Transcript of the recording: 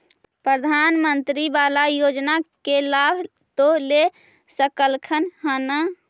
प्रधानमंत्री बाला योजना के लाभ तो ले रहल्खिन ह न?